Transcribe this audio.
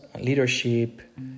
leadership